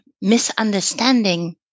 misunderstanding